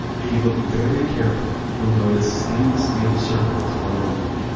if you look very carefully, you'll notice stainless steel circles all over them.